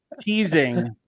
teasing